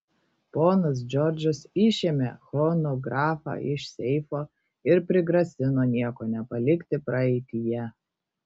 ponas džordžas išėmė chronografą iš seifo ir prigrasino nieko nepalikti praeityje